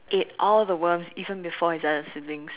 ate all the worms even before his other siblings